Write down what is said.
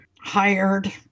hired